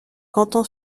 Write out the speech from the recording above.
canton